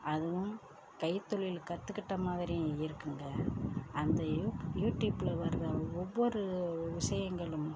அதுவும் கைத்தொழில் கற்றுக்கிட்ட மாதிரியும் இருக்குங்க அந்த யூப் யூடியூப்ல வர ஒவ்வொரு விஷயங்களும்